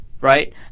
right